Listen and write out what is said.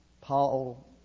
Paul